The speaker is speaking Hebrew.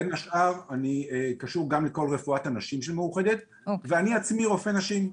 בין השאר אני קשור גם לכל רפואת הנשים של מאוחדת ואני בעצמי רופא נשים,